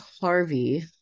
Harvey